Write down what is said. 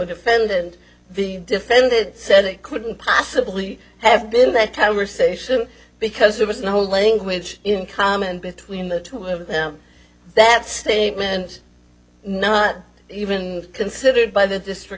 codefendant the defendant said it couldn't possibly have been that time or station because there was no language in common between the two of them that statement not even considered by the district